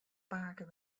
pake